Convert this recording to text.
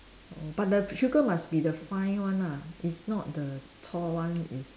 oh but the sugar must be the fine one ah if not the one is